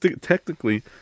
technically